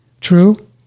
True